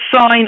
sign